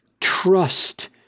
trust